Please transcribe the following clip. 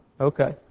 Okay